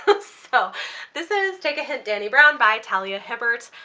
but so this is take a hint, dani brown by talia hibbert.